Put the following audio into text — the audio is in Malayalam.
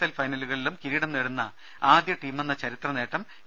എൽ ഫൈനലുകളിലും കിരീടം നേടുന്ന ആദ്യ ടീമെന്ന ചരിത്ര നേട്ടം എ